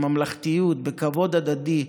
בממלכתיות ובכבוד הדדי,